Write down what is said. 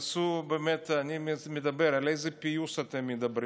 באמת אני מדבר, על איזה פיוס אתם מדברים?